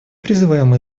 призываем